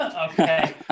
Okay